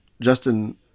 Justin